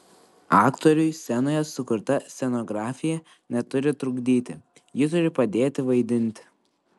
aktoriui scenoje sukurta scenografija neturi trukdyti ji turi padėti vaidinti